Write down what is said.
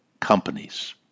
companies